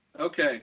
Okay